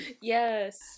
yes